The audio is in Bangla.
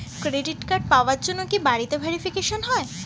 ক্রেডিট কার্ড পাওয়ার জন্য কি বাড়িতে ভেরিফিকেশন হয়?